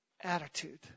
attitude